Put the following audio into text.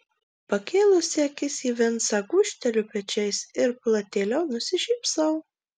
pakėlusi akis į vincą gūžteliu pečiais ir platėliau nusišypsau